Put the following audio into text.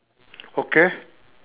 okay